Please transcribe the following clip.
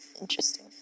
Interesting